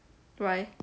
why